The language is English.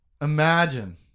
imagine